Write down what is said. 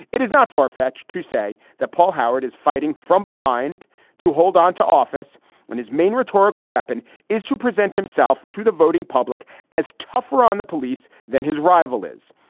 it is not far fetched to say that paul howard is fighting from behind to hold on to office when his main rhetorical weapon is to present himself to the voting public as tougher on the police than his rival is.